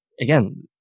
again